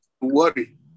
worry